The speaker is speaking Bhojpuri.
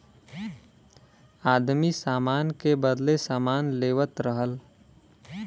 आदमी सामान के बदले सामान लेवत रहल